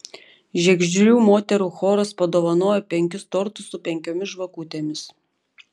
žiegždrių moterų choras padovanojo penkis tortus su penkiomis žvakutėmis